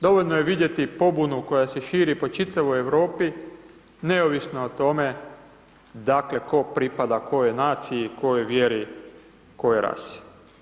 Dovoljno je vidjeti pobunu koja se širi po čitavoj Europi neovisno o tome, dakle, tko pripada kojoj naciji i kojoj vjeri, kojoj rasi.